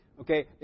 Okay